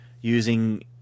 using